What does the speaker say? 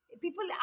people